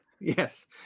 Yes